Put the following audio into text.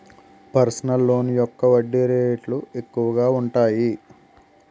personal loan యొక్క వడ్డీ రేట్లు ఎక్కువగా ఉంటాయి